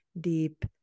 deep